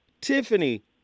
Tiffany